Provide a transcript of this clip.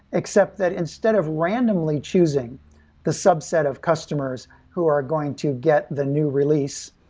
except that instead of randomly choosing the subset of customers who are going to get the new release,